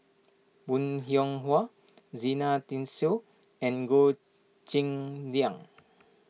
Bong Hiong Hwa Zena Tessensohn and Goh Cheng Liang